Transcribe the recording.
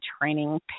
training